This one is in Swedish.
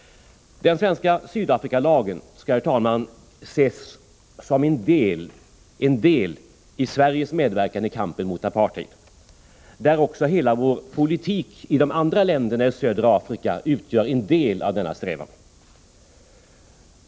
Den svenska Sydafrikalagen skall, herr talman, ses som en del i Sveriges medverkan i kampen mot apartheid, där också hela vår politik när det gäller de andra länderna i södra Afrika utgör en del i denna strävan.